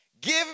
Give